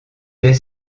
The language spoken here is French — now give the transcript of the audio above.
des